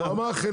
הוא אמר חלקם.